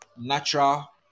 natural